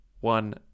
One